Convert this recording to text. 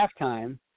halftime